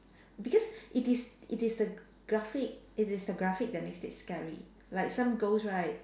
because it is it is the graphic it is the graphic that makes it scary like some ghost right